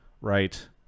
right